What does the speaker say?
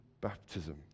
baptism